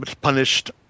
punished